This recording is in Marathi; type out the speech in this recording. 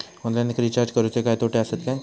ऑनलाइन रिचार्ज करुचे काय तोटे आसत काय?